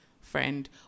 friend